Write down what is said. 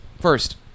First